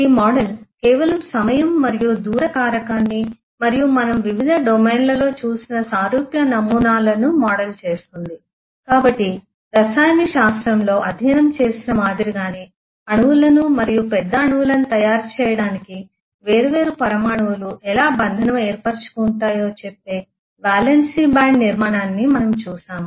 ఈ మోడల్ కేవలం సమయం మరియు దూర కారకాన్ని మరియు మనం వివిధ డొమైన్లలో చూసిన సారూప్య నమూనాలను మోడల్ చేస్తుంది కాబట్టి రసాయన శాస్త్రంలో అధ్యయనం చేసిన మాదిరిగానే అణువులను మరియు పెద్ద అణువులను తయారు చేయడానికి వేర్వేరు పరమాణువులు ఎలా బంధనం ఏర్పరచుకుంటాయో చెప్పే వాలెన్సీ బాండ్ నిర్మాణాన్ని మనము చూశాము